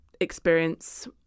experience